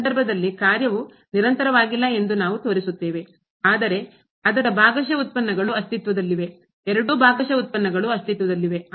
ಈ ಸಂದರ್ಭದಲ್ಲಿ ಕಾರ್ಯವು ನಿರಂತರವಾಗಿಲ್ಲ ಎಂದು ನಾವು ತೋರಿಸುತ್ತೇವೆ ಆದರೆ ಅದರ ಭಾಗಶಃ ಉತ್ಪನ್ನಗಳು ಅಸ್ತಿತ್ವದಲ್ಲಿವೆ ಎರಡೂ ಭಾಗಶಃ ಉತ್ಪನ್ನಗಳು ಅಸ್ತಿತ್ವದಲ್ಲಿವೆ